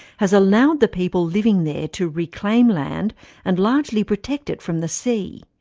has allowed the people living there to reclaim land and largely protect it from the sea.